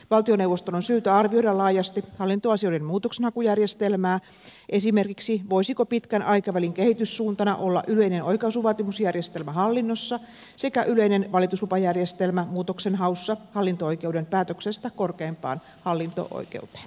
valtioneuvoston on syytä arvioida laajas ti hallintoasioiden muutoksenhakujärjestelmää esimerkiksi sitä voisiko pitkän aikavälin kehityssuuntana olla yleinen oikaisuvaatimusjärjestelmä hallinnossa sekä yleinen valituslupajärjestelmä muutoksenhaussa hallinto oikeuden päätöksestä korkeimpaan hallinto oikeuteen